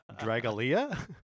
Dragalia